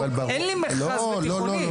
אין לי מכרז בתיכונים.